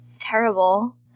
terrible